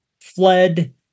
fled